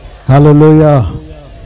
Hallelujah (